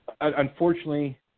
unfortunately